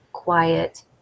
quiet